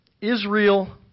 Israel